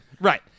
Right